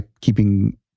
keeping